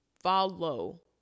follow